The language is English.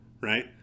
right